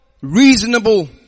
reasonable